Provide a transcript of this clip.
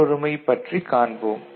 0 0 Complementarity x x' 1 x